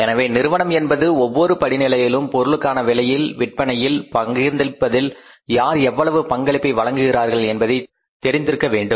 எனவே நிறுவனம் என்பது ஒவ்வொரு படிநிலையிலும் பொருளுக்கான விலையில் விற்பனையில் பகிர்ந்தளிப்பதில் யார் எவ்வளவு பங்களிப்பை வழங்குகின்றார்கள் என்பதை தெரிந்திருக்க வேண்டும்